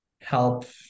help